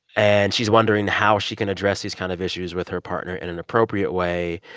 and she's wondering how she can address these kind of issues with her partner in an appropriate way,